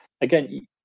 again